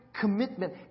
commitment